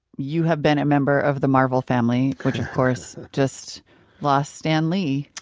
you have been a member of the marvel family, which, of course, just lost stan lee.